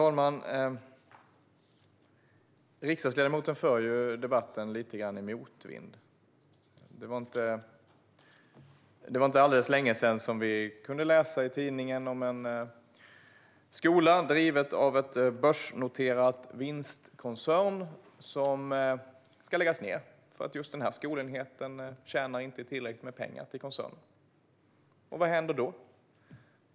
Herr talman! Riksdagsledamoten för debatten lite grann i motvind. Det var inte så länge sedan som vi kunde läsa i tidningen om en skola, driven av en börsnoterad vinstkoncern, som ska läggas ned därför att den inte tjänar tillräckligt mycket pengar till koncernen. Vad händer då?